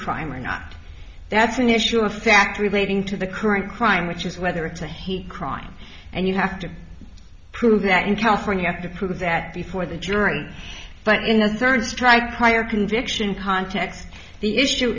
crime or not that's an issue of fact relating to the current crime which is whether it's a hate crime and you have to prove that in california have to prove that before the jury but in the third strike prior conviction context the issue